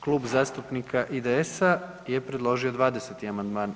Klub zastupnika IDS-a je predložio 20. amandman.